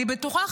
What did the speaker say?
אני בטוחה,